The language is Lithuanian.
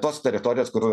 tos teritorijos kur